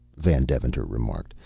van deventer remarked,